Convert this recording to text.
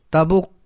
Tabuk